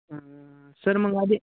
sir मग आधी